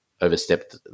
overstepped